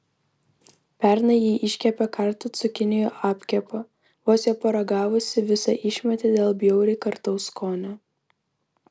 pernai ji iškepė kartų cukinijų apkepą vos jo paragavusi visą išmetė dėl bjauriai kartaus skonio